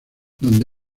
donde